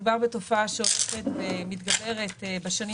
מדובר בתופעה שהולכת ומתגברת בשנים